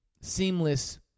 seamless